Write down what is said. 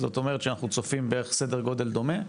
זה אומר שאנחנו צופים בערך סדר גודל דומה.